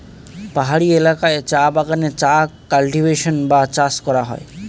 পাহাড়ি এলাকায় চা বাগানে চা কাল্টিভেশন বা চাষ করা হয়